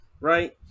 Right